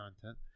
content